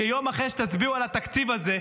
שיום אחרי שתצביעו על התקציב הזה,